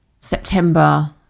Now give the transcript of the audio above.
September